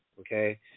okay